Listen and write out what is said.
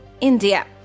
India